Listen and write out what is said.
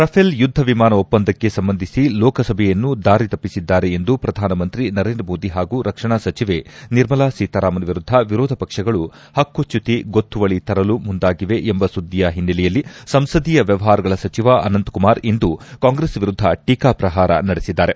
Rafale ಯುದ್ದ ವಿಮಾನ ಒಪ್ಪಂದಕ್ಕೆ ಸಂಬಂಧಿಸಿ ಲೋಕಸಭೆಯನ್ನು ದಾರಿ ತಪ್ಪಿಸಿದ್ದಾರೆ ಎಂದು ಪ್ರಧಾನ ಮಂತ್ರಿ ನರೇಂದ್ರ ಮೋದಿ ಹಾಗೂ ರಕ್ಷಣಾ ಸಚಿವೆ ನಿರ್ಮಲಾ ಸೀತಾರಾಮನ್ ವಿರುದ್ದ ವಿರೋಧ ಪಕ್ಷಗಳು ಪಕ್ಷುಚ್ಯುತಿ ಗೊತ್ತುವಳಿ ತರಲು ಮುಂದಾಗಿವೆ ಎಂಬ ಸುದ್ದಿಯ ಹಿನ್ನೆಲೆಯಲ್ಲಿ ಸಂಸದೀಯ ವ್ಯವಹಾರಗಳ ಸಚಿವ ಅನಂತಕುಮಾರ್ ಇಂದು ಕಾಂಗ್ರೆಸ್ ವಿರುದ್ಗ ಟೀಕಾಪ್ರಹಾರ ನಡೆಸಿದ್ಗಾರೆ